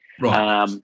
Right